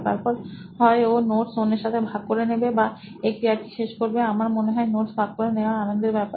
তারপর হয় ও নোটস অন্যের সাথে ভাগ করে নেবে বা এই ক্রিয়াটি শেষ করবে আমার মনে হয় নোটস ভাগ করে নেওয়া আনন্দের ব্যাপার